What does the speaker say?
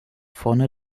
vorne